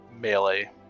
melee